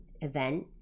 event